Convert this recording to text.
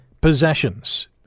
possessions